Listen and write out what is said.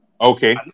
Okay